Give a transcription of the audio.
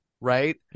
right